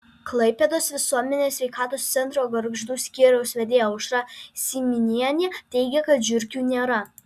klaipėdos visuomenės sveikatos centro gargždų skyriaus vedėja aušra syminienė teigia kad žiurkių nėra